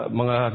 mga